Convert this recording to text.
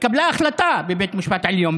התקבלה החלטה בבית המשפט העליון,